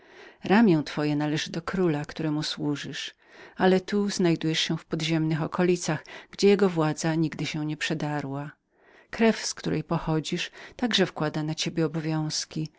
ramię twoje należy do króla któremu służysz ale tu znajdujesz się w podziemnych okolicach gdzie jego władza nigdy się nieprzedarła krew z której pochododziszpochodzisz także wkłada na ciebie obowiązki